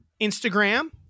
Instagram